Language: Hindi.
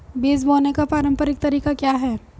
बीज बोने का पारंपरिक तरीका क्या है?